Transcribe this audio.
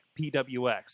PWX